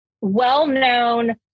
well-known